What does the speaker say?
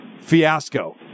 fiasco